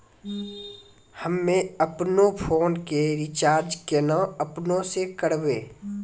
हम्मे आपनौ फोन के रीचार्ज केना आपनौ से करवै?